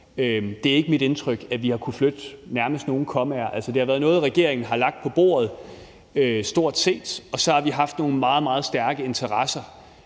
var ret kort, at vi har kunnet flytte nærmest nogen kommaer. Altså, det har været noget, regeringen har lagt på bordet stort set, og så har vi haft nogle meget, meget stærke interesser